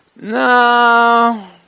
no